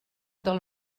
del